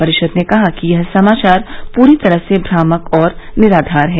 परिषद ने कहा है कि यह समाचार पूरी तरह से भ्रामक और निराधार है